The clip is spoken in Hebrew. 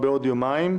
לעניין מינוי נאמן),